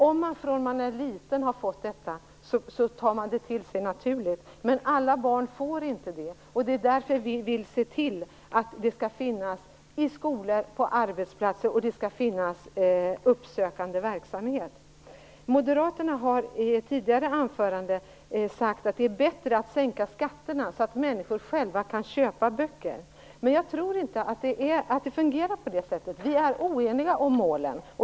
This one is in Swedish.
Om man har haft tillgång till böcker från det att man var liten tar man det till sig naturligt, men alla barn har inte det. Det är därför vi vill se till att det finns böcker i skolor och på arbetsplatser och att det sker uppsökande verksamhet. Moderaterna har i ett tidigare anförande sagt att det är bättre att sänka skatterna så att människor själva kan köpa böcker. Jag tror inte att det fungerar på det sättet. Vi är oeniga om målen.